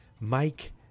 Mike